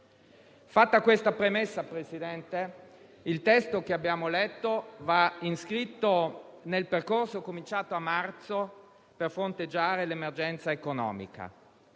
Fatta questa premessa, Presidente, il testo che abbiamo letto va inscritto nel percorso cominciato a marzo per fronteggiare l'emergenza economica.